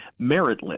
meritless